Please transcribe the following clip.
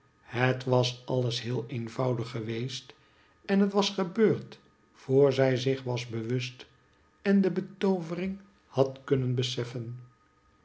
het was alles heel eenvoudig geweest en het was gebeurd voor zij zich was bewust en de betoovering had kunnen beseffen